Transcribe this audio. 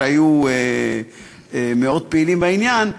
שהיו מאוד פעילים בעניין,